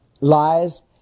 lies